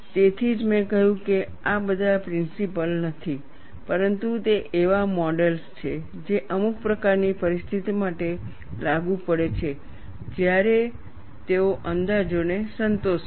તેથી જ મેં કહ્યું કે આ બધા પ્રિન્સિપલો નથી પરંતુ તે એવા મોડેલ્સ છે જે અમુક પ્રકારની પરિસ્થિતિઓ માટે લાગુ પડે છે જ્યારે તેઓ અંદાજોને સંતોષે છે